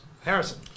Harrison